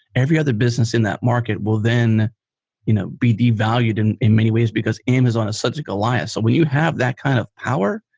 every other business in that market will then you know be devalued in in many ways because amazon is such a goliath. when you have that kind of power,